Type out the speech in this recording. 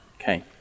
Okay